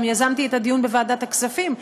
גם יזמתי את הדיון בוועדת הכספים,